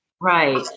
Right